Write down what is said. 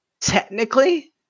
technically